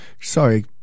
sorry